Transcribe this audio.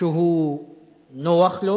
שהוא נוח לו